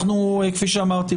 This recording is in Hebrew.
כפי שאמרתי,